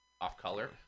off-color